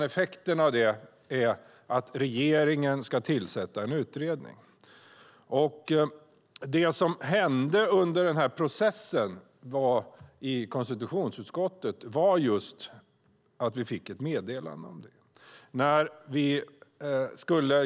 Effekten av beslutet är att regeringen ska tillsätta en utredning. Det som hände i konstitutionsutskottet under processen var att vi fick ett meddelande.